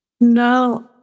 No